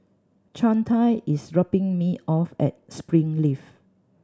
Chantal is dropping me off at Springleaf